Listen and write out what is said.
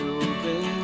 open